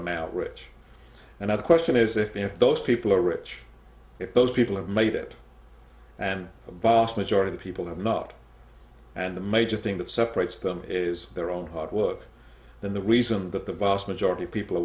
amount rich and the question is if those people are rich if those people have made it and the vast majority of people have not and the major thing that separates them is their own hard work then the reason that the vast majority of people